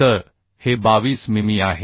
तर हे 22 मिमी आहे